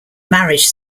marriage